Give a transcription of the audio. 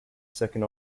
second